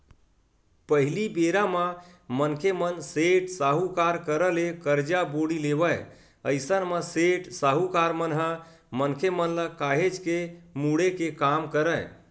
पहिली बेरा म मनखे मन सेठ, साहूकार करा ले करजा बोड़ी लेवय अइसन म सेठ, साहूकार मन ह मनखे मन ल काहेच के मुड़े के काम करय